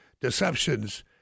deceptions